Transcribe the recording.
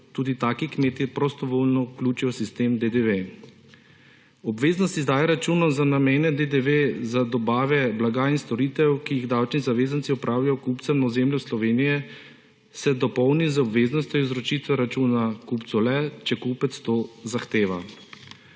tudi taki kmetje prostovoljno vključijo v sistem DDV. Obveznost izdaje računov za namene DDV za dobave blaga in storitev, ki jih davčni zavezanci opravijo kupcem na ozemlju Slovenije, se dopolni z obveznostjo izročitve računa kupcu le, če kupec to zahteva.